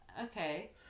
okay